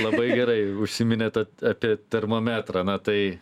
labai gerai užsiminėt at apie termometrą na tai